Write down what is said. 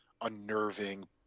unnerving